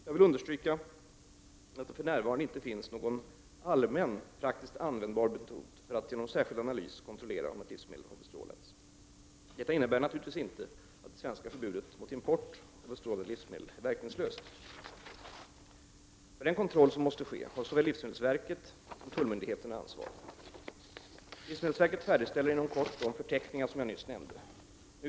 Jag vill understryka att det för närvarande inte finns någon praktiskt användbar metod för att genom särskild analys kontrollera om ett livsmedel har bestrålats. Detta innebär naturligtvis inte att det svenska förbudet mot import av bestrålade livsmedel är verkningslöst. För den kontroll som måste ske har såväl livsmedelsverket som tullmyndigheterna ansvar. Livsmedelsverket färdigställer inom kort de förteckningar som jag nyss nämnde.